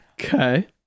okay